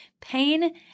pain